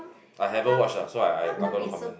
I haven't watch lah so I I got no comment lah